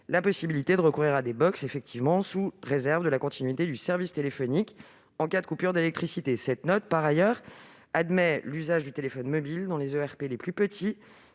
la possibilité de recourir à des box, sous réserve de la continuité du service téléphonique en cas de coupure d'électricité. Cette note admet par ailleurs l'usage du téléphone mobile dans les ERP les plus petits,